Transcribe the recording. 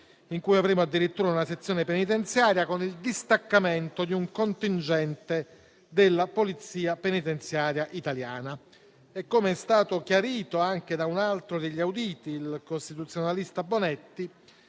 in cui avremo addirittura una sezione penitenziaria con il distaccamento di un contingente della Polizia penitenziaria italiana. E come è stato chiarito anche da un altro degli auditi, il costituzionalista Bonetti,